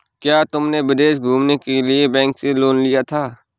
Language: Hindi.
क्या तुमने विदेश घूमने के लिए बैंक से लोन लिया था?